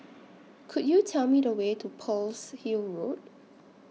Could YOU Tell Me The Way to Pearl's Hill Road